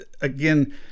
again